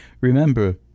Remember